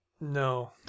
no